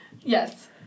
Yes